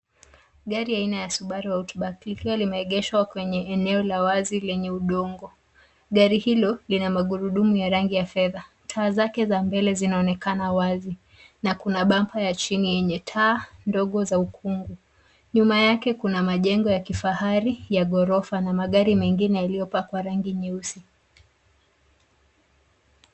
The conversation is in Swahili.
Gari aina ya Subaru Outback likiwa limeegeshwa kwenye eneo la wazi lenye udongo. Gari hilo lina magurudumu ya rangi ya fedha. Taa zake za mbele zinaonekana wazi na kuna bampa ya chini yenye taa ndogo za ukungu. Nyuma yake kuna majengo ya kifahari ya ghorofa na magari mengine yaliyopakwa rangi nyeusi.